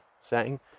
setting